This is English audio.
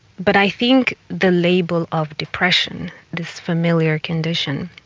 but i think the label of depression, this familiar condition,